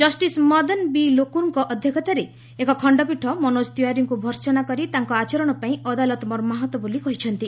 justice Madan B ଲୋକୁରଙ୍କ ଅଧ୍ୟକ୍ଷତାରେ ଏକ ଖଣ୍ଡପୀଠ ମନୋଜ ତିୱାରୀଙ୍କୁ ଭର୍ସନା କରି ତାଙ୍କ ଆଚରଣପାଇଁ ଅଦାଲତ ମର୍ମାହତ ବୋଲି କହିଛନ୍ତି